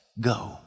go